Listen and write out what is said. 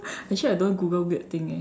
actually I don't Google weird thing eh